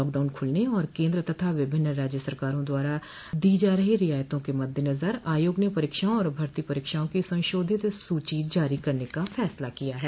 lockdown खुलने और केंद्र तथा विभिन्न राज्य सरकारों द्वारा दी जा रही रियायतों के मद्देनजर आयोग ने परीक्षाओं और भर्ती परीक्षाओं की संशोधित सूची जारी करने का फैसला किया है